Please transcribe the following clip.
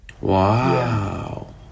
wow